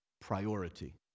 priority